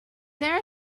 there